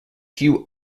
hugh